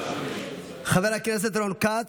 חבר הכנסת רון כץ,